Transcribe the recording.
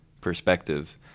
perspective